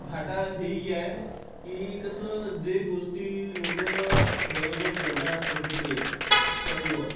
घाटा हेही आहे की कसं जे गोष्टी लोक बरोबर बघत होते सर्व